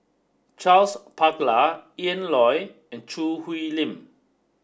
Charles Paglar Lan Loy and Choo Hwee Lim